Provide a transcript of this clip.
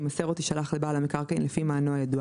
תימסר או תישלח לבעל המקרקעין לפי מענו הידוע,